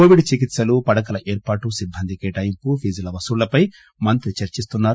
Covid చికిత్పలు పడకల ఏర్పాటు సిబ్బంది కేటాయింపు ఫీజుల వసూళ్లపై మంత్రి చర్చిస్తున్నారు